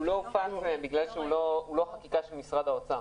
הוא לא הופץ בגלל שהוא לא חקיקה של משרד האוצר.